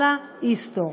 אללה יסתור,